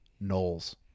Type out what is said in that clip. Knowles